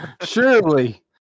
Surely